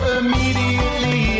immediately